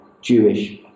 Jewish